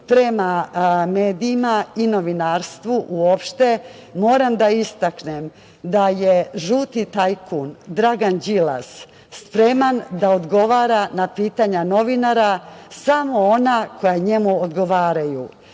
prema medijima i novinarstvu uopšte, moram da istaknem da je žuti tajkun, Dragan Đilas spreman da odgovara na pitanja novinara samo ona koja njemu odgovaraju.